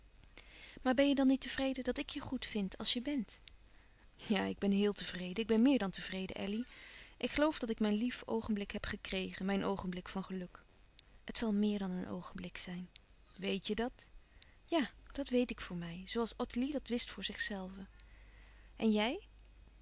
maar ben je dan niet tevreden dat ik je goed vind als je bent ja ik ben heel tevreden ik ben meer dan tevreden elly ik geloof dat ik mijn lief oogenblik heb gekregen mijn oogenblik van geluk het zal meer dan een oogenblik zijn weèt je dat ja dat weet ik voor mij zoo als ottilie dat wist voor zichzelve en jij